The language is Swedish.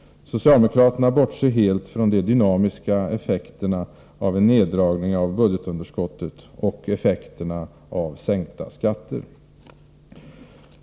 Socialdemokraterna bortser helt från de dynamiska effekterna av en neddragning av budgetunderskottet och effekterna av sänkta skatter.